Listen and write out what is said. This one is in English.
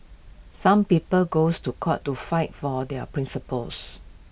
some people goes to court to fight for their principles